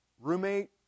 roommate